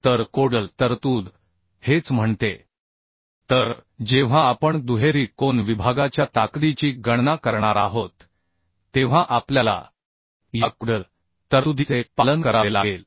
तरकोडल तरतूद हेच म्हणते तर जेव्हा आपण दुहेरी कोन विभागाच्या ताकदीची गणना करणार आहोत तेव्हा आपल्याला या कोडल तरतुदीचे पालन करावे लागेल